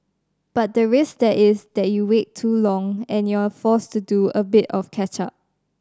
but the risk there is that you wait too long and you're forced to do a bit of catch up